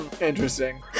Interesting